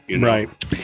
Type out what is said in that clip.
Right